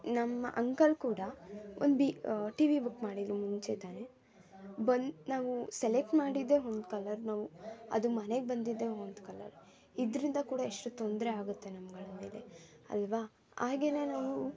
ನಮ್ಮ ಅಂಕಲ್ ಕೂಡ ಒಂದು ಬಿ ಟಿವಿ ಬುಕ್ ಮಾಡಿದರು ಮುಂಚೆ ಬಂದು ನಾವು ಸೆಲೆಕ್ಟ್ ಮಾಡಿದ್ದೇ ಒಂದು ಕಲರ್ ನಾವು ಅದು ಮನೆಗೆ ಬಂದಿದ್ದೇ ಒಂದು ಕಲರ್ ಇದರಿಂದ ಕೂಡ ಎಷ್ಟು ತೊಂದರೆಯಾಗುತ್ತೆ ನಮ್ಗಳ ಮೇಲೆ ಅಲ್ವ ಹಾಗೆಯೇ ನಾವು